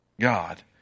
God